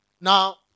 Now